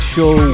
Show